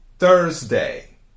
Thursday